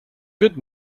good